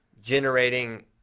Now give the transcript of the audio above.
generating